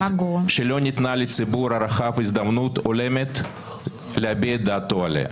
כשלא ניתנה לציבור הרחב הזדמנות הולמת להביע את דעתו עליה.